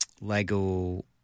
lego